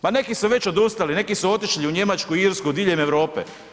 Pa neki su već odustali, neki su otišli u Njemačku, Irsku, diljem Europe.